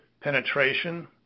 penetration